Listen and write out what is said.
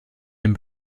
dem